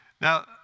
Now